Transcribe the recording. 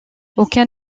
aucun